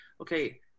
okay